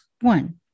one